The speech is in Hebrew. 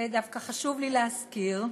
ודווקא חשוב לי להזכיר,